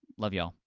love you all,